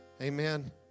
Amen